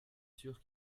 sûr